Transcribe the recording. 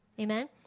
Amen